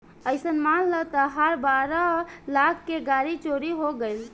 अइसन मान ल तहार बारह लाख के गाड़ी चोरी हो गइल